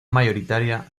mayoritaria